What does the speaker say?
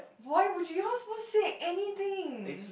why would you you're not supposed to say anything